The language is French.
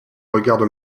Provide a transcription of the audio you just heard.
regarde